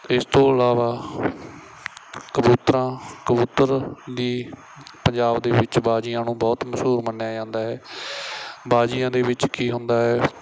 ਇਸ ਤੋਂ ਇਲਾਵਾ ਕਬੂਤਰਾਂ ਕਬੂਤਰ ਦੀ ਪੰਜਾਬ ਦੇ ਵਿੱਚ ਬਾਜ਼ੀਆਂ ਨੂੰ ਬਹੁਤ ਮਸ਼ਹੂਰ ਮੰਨਿਆ ਜਾਂਦਾ ਹੈ ਬਾਜ਼ੀਆਂ ਦੇ ਵਿੱਚ ਕੀ ਹੁੰਦਾ ਹੈ